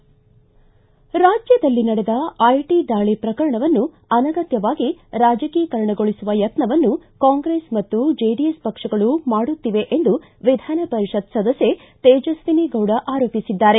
ರಾಜ್ಯದಲ್ಲಿ ನಡೆದ ಐಟಿ ದಾಳಿ ಪ್ರಕರಣವನ್ನು ಅನಗತ್ಯವಾಗಿ ರಾಜಕೀಕರಣಗೊಳಿಸುವ ಯತ್ನವನ್ನು ಕಾಂಗ್ರೆಸ್ ಮತ್ತು ಜೆಡಿಎಸ್ ಪಕ್ಷಗಳು ಮಾಡುತ್ತಿವೆ ಎಂದು ವಿಧಾನಪರಿಷತ್ ಸದಸ್ಕೆ ತೇಜಸ್ವಿನಿ ಗೌಡ ಆರೋಪಿಸಿದ್ದಾರೆ